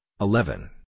eleven